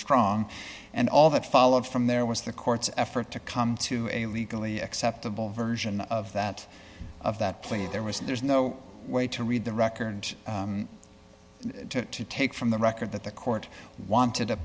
strong and all that followed from there was the court's effort to come to a legally acceptable version of that of that plea there was and there's no way to read the record and to take from the record that the court wanted a